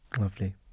Lovely